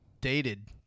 dated